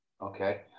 Okay